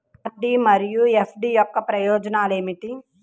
RD మరియు FD యొక్క ప్రయోజనాలు ఏమిటి?